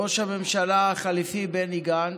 ראש הממשלה החליפי בני גנץ,